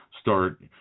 start